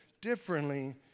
differently